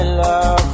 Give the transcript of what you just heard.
love